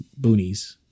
boonies